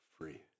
free